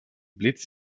blitz